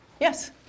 Yes